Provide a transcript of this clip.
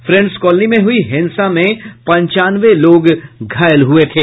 friends Colony में हुई हिंसा में पंचानवे लोग घायल हुए थे